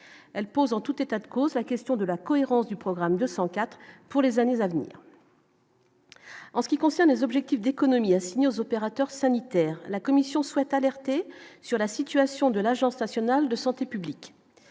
elle pose en tout état de cause, la question de la cohérence du programme 204 pour les années à venir. En ce qui concerne les objectifs d'économie aux opérateurs sanitaires, la commission souhaite alerter sur la situation de l'Agence nationale de santé publique,